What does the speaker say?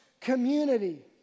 community